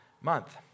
month